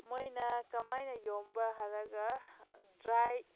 ꯃꯣꯏꯅ ꯀꯃꯥꯏꯅ ꯌꯣꯟꯕ꯭ꯔ ꯍꯥꯏꯔꯒ ꯗ꯭ꯔꯥꯏ